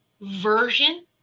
version